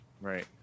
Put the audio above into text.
Right